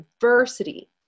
diversity